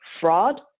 fraud